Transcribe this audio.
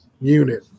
unit